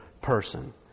person